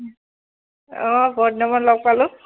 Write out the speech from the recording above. অঁ বহুত দিনৰ মূৰত লগ পালোঁ